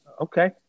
Okay